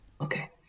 Okay